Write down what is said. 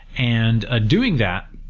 and ah doing that